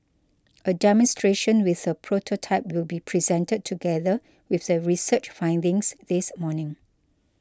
a demonstration with a prototype will be presented together with the research findings this morning